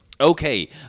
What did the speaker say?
Okay